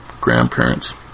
grandparents